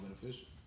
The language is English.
beneficial